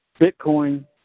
Bitcoin